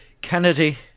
Kennedy